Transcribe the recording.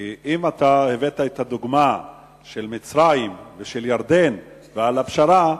כי אם אתה הבאת את הדוגמה של מצרים ושל ירדן ועל הפשרה,